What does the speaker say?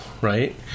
right